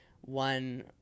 one